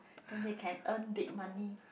then they can earn big money